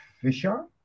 Fisher